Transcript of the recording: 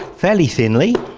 fairly thinly.